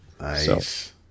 Nice